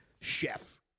chef